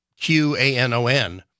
QAnon